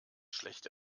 schlecht